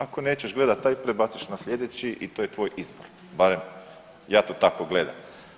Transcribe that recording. Ako nećeš gledati taj, prebaciš na sljedeći i to je tvoj izbor, barem ja to tako gledam.